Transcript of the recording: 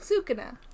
Sukuna